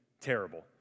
terrible